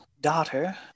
daughter